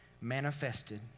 manifested